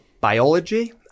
biology